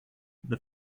the